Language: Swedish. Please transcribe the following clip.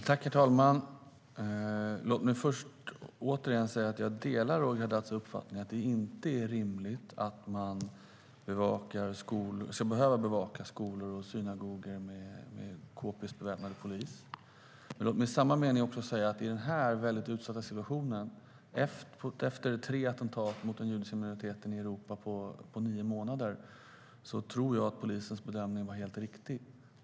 Herr talman! Låt mig först återigen säga att jag delar Roger Haddads uppfattning att det inte är rimligt att skolor och synagogor ska behöva bevakas av kpistbeväpnad polis. Men låt mig också säga: I den här väldigt utsatta situationen, efter tre attentat mot den judiska minoriteten i Europa på nio månader, tror jag att polisens bedömning var helt riktig.